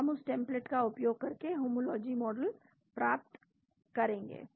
तो हम उस टेम्प्लेट का उपयोग करके होमोलॉजी मॉडल प्राप्त करेंगे